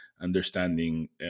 understanding